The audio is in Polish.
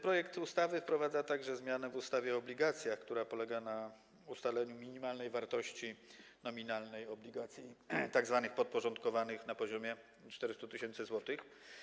Projekt ustawy wprowadza także zmianę w ustawie o obligacjach, która polega na ustaleniu minimalnej wartości nominalnej obligacji tzw. podporządkowanej na poziomie 400 tys. zł.